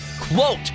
quote